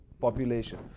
population